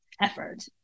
effort